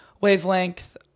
wavelength